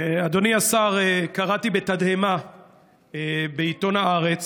אדוני השר, קראתי בתדהמה בעיתון הארץ